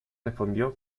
respondió